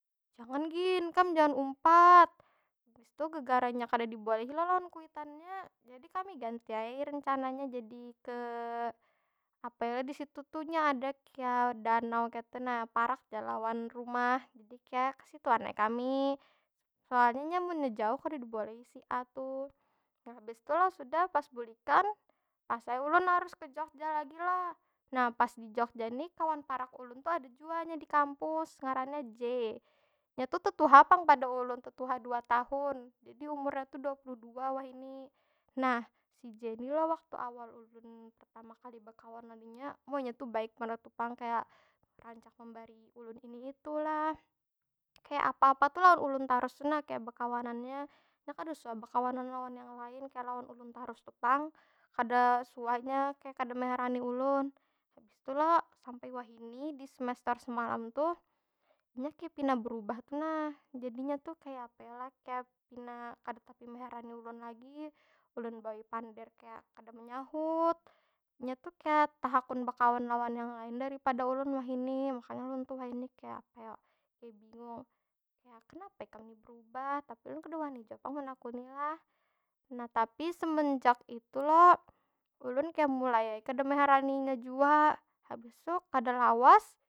Jangan gin, kam jangan umpat. Habis tu gegara inya kada dibolehi lo lawan kuitannya, jadi kami ganti ai rencananya jadi ke, apa yo lah di situ tu nya ada kaya danau kaytu na. Parak ja lawan rumah, jadi kaya kesituan ai kami. Soalnya nya munnya jauh kada dibolehi si a tuh. Nah habis tu lo sudah pas bulikan, pas ai ulun harus ke jogja lagi lo. Nah, pas di jogja ni kawan parak ulun ni ada jua nya di kampus, ngarannya j. Nyatu tetuha pang pada ulun, tetuha dua tahun. Jadi umurnya tu dua puluh dua wahini. Nah, jadi lo waktu awal pertama kali ulun bekawan wan inya, wah inya tu baik banar tu pang. Kaya rancak membarii ulun ini itu lah. Kaya apa- apa tu lawan ulun tarus tu nah, kaya bekawanannya. Nya kada suah bekawanan lawan yang lain. Kaya lawan ulun tarus tu pang. Kada suah nya kaya kada meherani ulun. Habis tu lo, sampai wahini di semester semalam tuh inya kaya pina berubah tu nah. Jadi inya tu kaya apa yo lah? Kaya pina kada tapi meherani ulun lagi. Ulun bawai pander kaya kada menyahut. Nya tu kaya tehakun bekawan lawan yang lain daripada ulun wahini. Makanya ulun tu wahini, kaya apa yo? Kaya bingung. Kaya, kenapa ikam ni berubah? Tapi ulun kada wani jua pang menakuni lah. Nah, tapi semenjak itu lo, ulun kaya mulai ai kada meherani inya jua. Habis tu kada lawa.